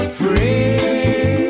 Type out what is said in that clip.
free